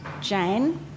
Jane